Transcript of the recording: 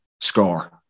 score